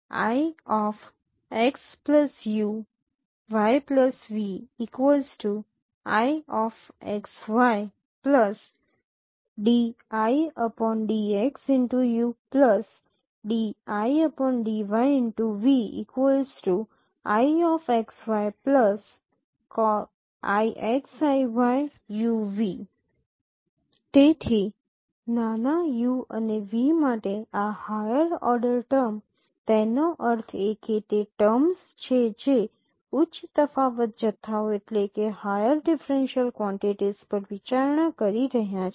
તેથી નાના u અને v માટે આ હાયર ઓર્ડર ટર્મ તેનો અર્થ એ કે તે ટર્મ્સ છે જે ઉચ્ચ તફાવત જથ્થાઓ પર વિચારણા કરી રહ્યા છે